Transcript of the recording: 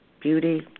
beauty